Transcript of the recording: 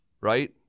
Right